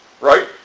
right